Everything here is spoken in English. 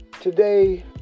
Today